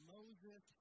Moses